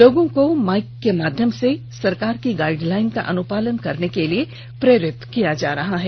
लोगों को माईक के माध्यम से सरकार की गाईडलाईन का अनुपालन करने के लिए प्रेरित किया जा रहा है